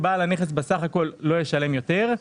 לא ישלם יותר.